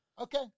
Okay